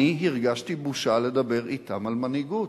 אני הרגשתי בושה לדבר אתם על מנהיגות.